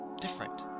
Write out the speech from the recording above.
different